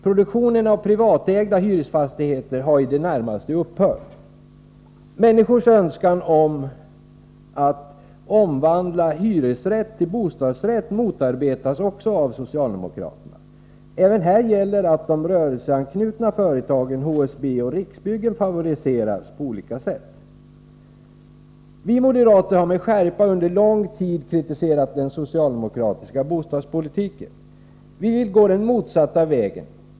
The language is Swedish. Produktionen av privatägda hyresfastigheter har i det närmaste upphört. Människors önskan att omvandla hyresrätt till bostadsrätt motarbetas också av socialdemokraterna. Även här gäller att de rörelseanknutna företagen HSB och Riksbyggen favoriseras på olika sätt. Vi moderater har under lång tid med skärpa kritiserat den socialdemokratiska bostadspolitiken. Vi vill gå den motsatta vägen.